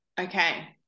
okay